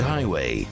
Highway